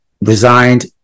resigned